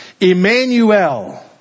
Emmanuel